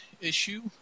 issue